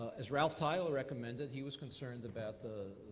as ralph tyler recommended, he was concerned about the